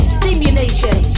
stimulation